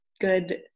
good